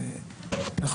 אני אומר משפט אחד מאוד פשוט.